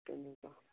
তেনেকুৱা